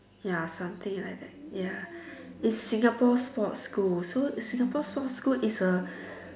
ya something like that ya it's Singapore sports school so Singapore sports school is a